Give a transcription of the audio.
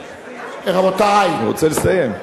רבותי, אני רוצה לסיים.